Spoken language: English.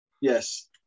Yes